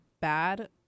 bad